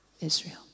Israel